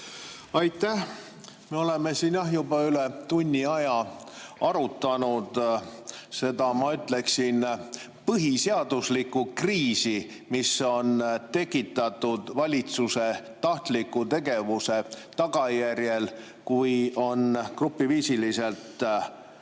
Aitäh! Me oleme siin juba üle tunni aja arutanud seda, ma ütleksin, põhiseaduslikku kriisi, mis on tekitatud valitsuse tahtliku tegevuse tagajärjel, kui on grupiviisiliselt